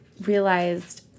realized